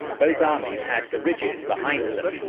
both armies had the ridges behind them,